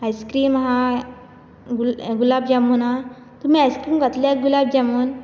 ice cream आसा गुलाब जामुन आसा तुमी आयसक्रीम खातले की गुलाब जामुन